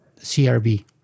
CRB